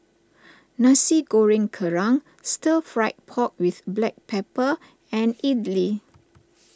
Nasi Goreng Kerang Stir Fried Pork with Black Pepper and Idly